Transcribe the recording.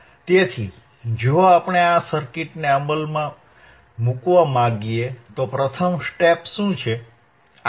તેથી જો આપણે આ સર્કિટને અમલમાં મૂકવા માંગીએ તો પ્રથમ સ્ટેપ શું છે